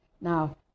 Now